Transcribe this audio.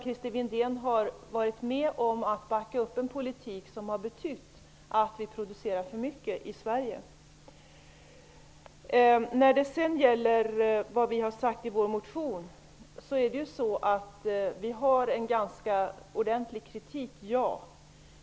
Christer Windén har i stället varit med om att backa upp en politik som har inneburit att vi producerat för mycket i Sverige. Det som vi socialdemokrater uttrycker i vår motion är en ganska ordentlig kritik; det är sant.